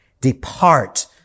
depart